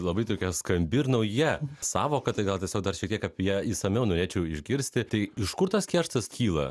labai tokia skambi ir nauja sąvoka tai gal tiesiog dar šiek tiek apie ją išsamiau norėčiau išgirsti tai iš kur tas kerštas kyla